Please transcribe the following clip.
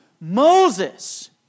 Moses